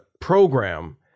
program